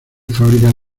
fábricas